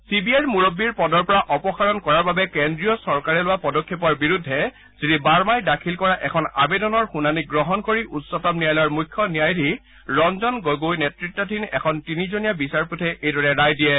C বি আইৰ মুৰববীৰ পদৰ পৰা অপসাৰণ কৰাৰ বাবে কেন্দ্ৰীয় চৰকাৰে লোৱা পদক্ষেপৰ বিৰুদ্ধে শ্ৰীবাৰ্মাই দাখিল কৰা এখন আৱেদনৰ শুনানী গ্ৰহণ কৰি উচ্চতম ন্যায়লয়ৰ মুখ্য ন্যায়াধীশ ৰঞ্জন গগৈ নেতৃতাধীন এখন তিনিজনীয়া বিচাৰপীঠে এইদৰে ৰায় দিয়ে